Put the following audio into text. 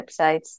websites